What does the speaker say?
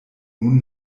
nun